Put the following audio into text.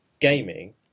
Gaming